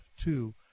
two